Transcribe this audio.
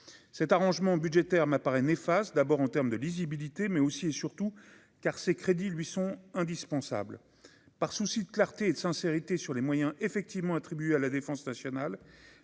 cet arrangement budgétaire m'apparaît n'efface d'abord en terme de lisibilité, mais aussi et surtout car ces crédits lui sont indispensables, par souci de clarté et de sincérité sur les moyens effectivement attribués à la défense nationale,